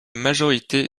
majorité